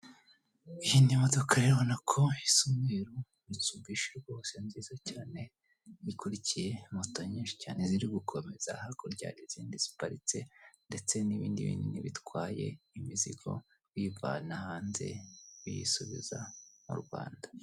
Iyi ni modoka rero ubona ko icyumweru nizumbishe rwose nziza cyane ikurikiye mota nyinshi cyane ziri gukomeza hakurya iizindi ziparitse ndetse n'ibindi binini bitwaye imizigo biyivana hanze biyisubiza mu rwanda.